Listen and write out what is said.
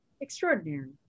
extraordinary